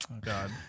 god